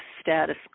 status